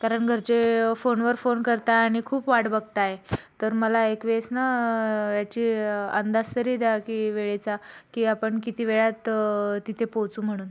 कारण घरचे फोन वर फोन करता आणि खूप वाट बघतायत तर मला एक वेळेस न याची अंदाज तरी द्या की वेळेचा की आपण किती वेळात तिथे पोहोचू म्हणून